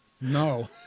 No